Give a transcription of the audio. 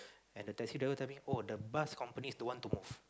and the taxi driver tell me oh the bus companies don't want to move